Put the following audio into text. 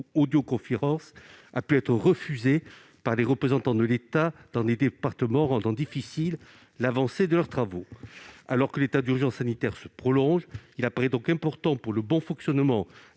ou audioconférence a pu être refusée par le représentant de l'État dans le département, ce qui a rendu difficile l'avancée des travaux. Alors que l'état d'urgence sanitaire se prolonge, il apparaît important pour le bon fonctionnement